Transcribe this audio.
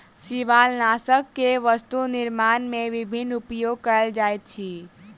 शिवालनाशक के वस्तु निर्माण में विभिन्न उपयोग कयल जाइत अछि